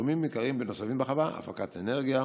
תחומים עיקריים נוספים בחווה: הפקת אנרגיה,